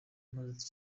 maze